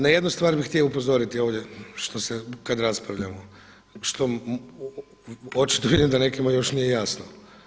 Na jednu stvar bih htio upozoriti ovdje kada raspravljamo što očito vidim da nekima još nije jasno.